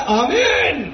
amen